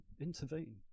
intervene